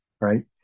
right